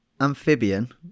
amphibian